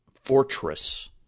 fortress